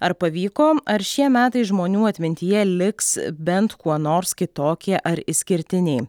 ar pavyko ar šie metai žmonių atmintyje liks bent kuo nors kitokie ar išskirtiniai